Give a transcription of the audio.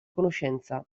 conoscenza